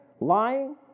Lying